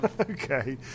Okay